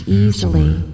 easily